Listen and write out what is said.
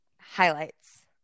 highlights